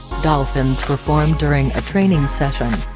dolphins perform during a training session.